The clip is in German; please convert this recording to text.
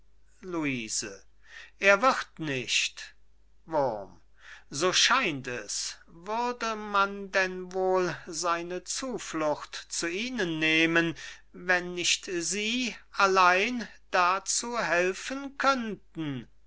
luise er wird nicht wurm so scheint es würde man denn wohl seine zuflucht zu ihnen nehmen wenn nicht sie allein dazu helfen könnten